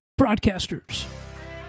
broadcasters